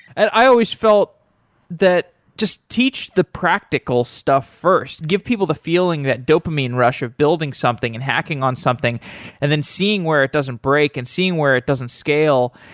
i always felt that just teach the practical stuff first. give people the feeling that dopamine rush of building something and hacking on something and then seeing where it doesn't break and seeing where it doesn't scale,